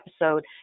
episode